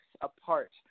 apart